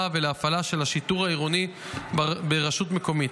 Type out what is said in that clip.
ולהפעלה של השיטור העירוני ברשות מקומית.